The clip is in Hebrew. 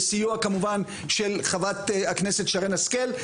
בסיוע כמובן של חברת הכנסת שרן השכל,